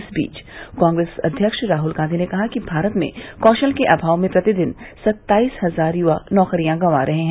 इस बीच कांग्रेस अव्यक्ष राहुल गांधी ने कहा कि भारत में कौशल के अभाव में प्रतिदिन सत्ताईस इजार युवा नौकरियां गवां रहे हैं